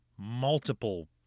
multiple